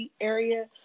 area